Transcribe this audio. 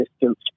distance